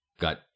got